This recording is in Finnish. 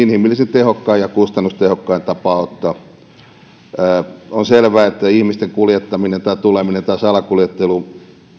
inhimillisesti tehokkain ja kustannustehokkain tapa auttaa on selvää että ihmisten kuljettaminen tuleminen tai salakuljettelu